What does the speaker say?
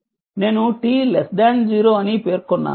నేను t 0 అని పేర్కొన్నాను